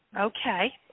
Okay